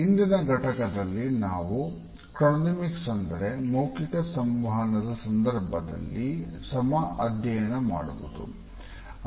ಇಂದಿನ ಘಟಕದಲ್ಲಿ ನಾವು ಕ್ರೋನೇಮಿಕ್ಸ್ ಅಂದರೆ ಮೌಖಿಕ ಸಂವಹನದ ಸಂದರ್ಭ ಸಂದರ್ಭದಲ್ಲಿ ಸಮಯವನ್ನು ಅಧ್ಯಯನ ಮಾಡುವುದು